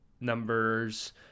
numbers